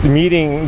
meeting